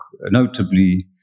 notably